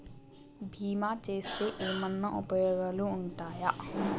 బీమా చేస్తే ఏమన్నా ఉపయోగాలు ఉంటయా?